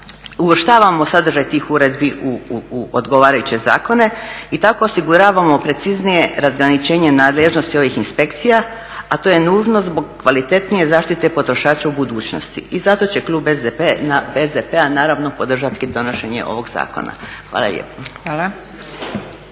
uvrštavamo sadržaj tih uredbi u odgovarajuće zakone i tako osiguravamo preciznije razgraničenje nadležnosti ovih inspekcija, a to je nužno zbog kvalitetnije zaštite potrošača u budućnosti i zato će klub SDP-a naravno podržati donošenje ovog zakona. Hvala